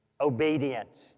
Obedience